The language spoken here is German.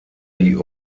die